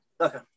Okay